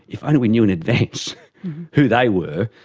if only we knew in advance who they were,